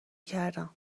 کردم